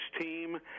team